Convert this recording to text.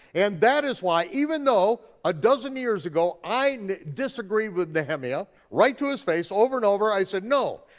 and that is why, even though a dozen years ago, i disagreed with nehemia, right to his face, over and over i said no,